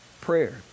Prayer